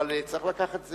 אבל צריך לקחת את זה